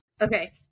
okay